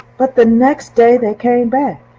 but the next day, they came back,